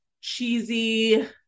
cheesy